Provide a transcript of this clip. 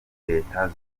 leta